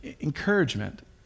encouragement